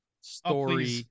story